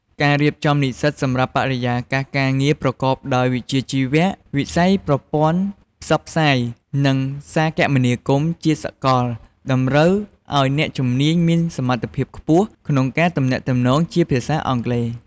ការរៀបចំនិស្សិតសម្រាប់បរិយាកាសការងារប្រកបដោយវិជ្ជាជីវៈ: វិស័យប្រព័ន្ធផ្សព្វផ្សាយ និងសារគមនាគមន៍ជាសកល តម្រូវឱ្យអ្នកជំនាញមានសមត្ថភាពខ្ពស់ក្នុងការទំនាក់ទំនងជាភាសាអង់គ្លេស។